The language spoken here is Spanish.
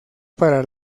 para